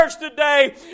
today